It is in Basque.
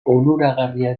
onuragarriak